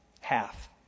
Half